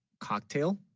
cocktail,